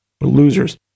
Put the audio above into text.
Losers